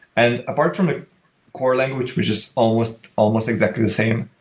and apart from the core language, we're just almost almost exactly the same,